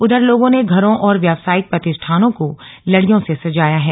उधर लोगों ने घरों और व्यावसायिक प्रतिष्ठानों को लड़ियों से सजाया है